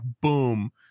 boom